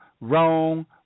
wrong